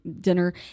dinner